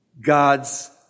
God's